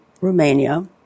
Romania